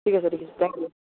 ঠিক আছে ঠিক আছে থেংক ইউ